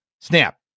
Snap